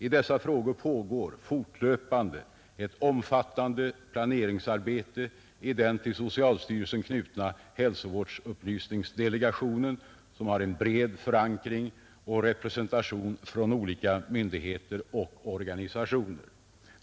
I dessa frågor pågår fortlöpande ett omfattande planeringsarbete i den till socialstyrelsen knutna hälsovårdsupplysningsdelegationen, som har en bred förankring och representation från olika myndigheter och organisationer.